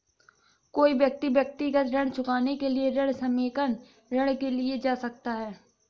कोई व्यक्ति व्यक्तिगत ऋण चुकाने के लिए ऋण समेकन ऋण के लिए जा सकता है